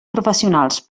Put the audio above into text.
professionals